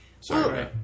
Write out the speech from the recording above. Sorry